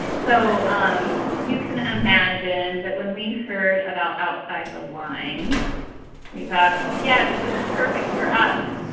so you can imagine that when we heard about outside the lines we thought, yes, this is perfect for us.